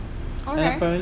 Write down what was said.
okay